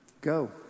go